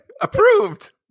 Approved